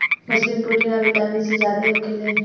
मछली में प्रोटीन आ विटामिन सी ज्यादे होखेला